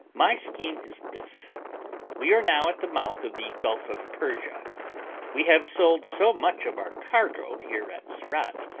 my scheme is this we are now at the mouth of the gulf of persia we have sold so much of our cargo here at surat,